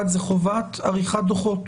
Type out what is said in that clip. אלמנט אחד הוא חובת עריכת דוחות.